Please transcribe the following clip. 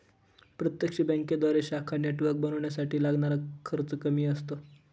प्रत्यक्ष बँकेद्वारे शाखा नेटवर्क बनवण्यासाठी लागणारा खर्च कमी असतो